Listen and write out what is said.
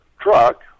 truck